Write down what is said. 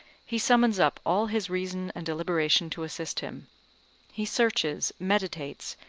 he summons up all his reason and deliberation to assist him he searches, meditates,